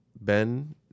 Ben